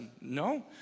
No